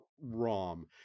ROM